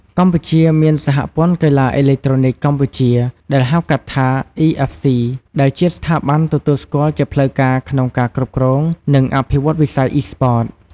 កម្ពុជាមានសហព័ន្ធកីឡាអេឡិចត្រូនិកកម្ពុជា ដែលហៅកាត់ថា EFC ដែលជាស្ថាប័នទទួលស្គាល់ជាផ្លូវការក្នុងការគ្រប់គ្រង និងអភិវឌ្ឍវិស័យ Esports។